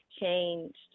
changed